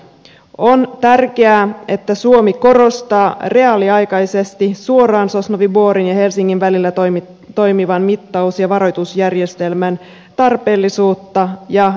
on tärkeää että suomi korostaa reaaliaikaisesti suoraan sosnovyi borin ja helsingin välillä toimivan mittaus ja varoitusjärjestelmän tarpeellisuutta ja jatkamista